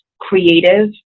creative